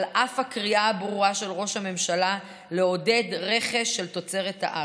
על אף הקריאה הברורה של ראש הממשלה לעודד רכש של תוצרת הארץ.